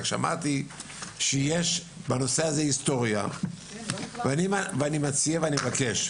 רק שמעתי שיש בנושא הזה היסטוריה ואני מציע ואני מבקש,